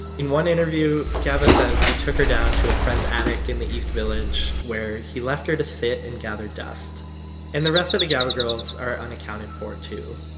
in one interview, gaba says he took her down to a friend's attic in the east village where he left her to sit and gather dust and the rest of the gaba girls are unaccounted for too.